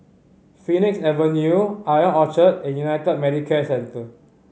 Phoenix Avenue Ion Orchard and United Medicare Centre